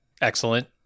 excellent